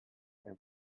and